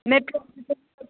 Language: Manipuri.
ꯃꯦꯇ꯭ꯔꯣꯟ